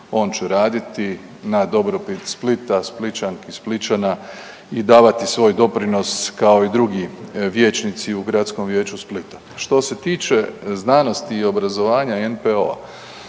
on će raditi na dobrobit Splita, Splićanki i Splićana i davati svoj doprinos kao i drugi vijećnici u Gradskom vijeću Splita. Što se tiče znanosti i obrazovanja i NPOO-a,